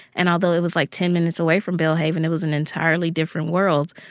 and although it was, like, ten minutes away from belhaven, it was an entirely different world.